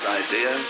idea